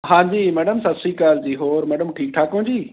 ਹਾਂਜੀ ਮੈਡਮ ਸਤਿ ਸ਼੍ਰੀ ਅਕਾਲ ਜੀ ਹੋਰ ਮੈਡਮ ਠੀਕ ਠਾਕ ਓਂ ਜੀ